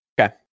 Okay